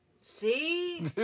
See